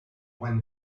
when